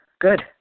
good